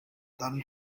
done